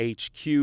hq